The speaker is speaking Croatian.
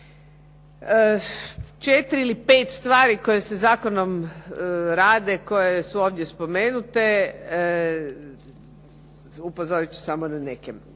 Četiri ili pet stvari koje se zakonom rade koje su ovdje spomenute, upozoriti ću samo na neke.